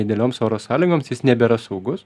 idealioms oro sąlygoms jis nebėra saugus